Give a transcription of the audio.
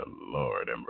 Lord